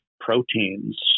proteins